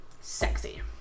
Sexy